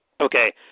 Okay